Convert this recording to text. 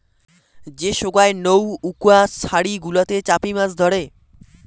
যে সোগায় নৌউকা ছারি গুলাতে চাপি মাছ ধরে